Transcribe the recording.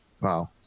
Wow